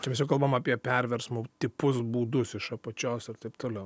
čia mes jau kalbam apie perversmo tipus būdus iš apačios ir taip toliau